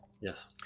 Yes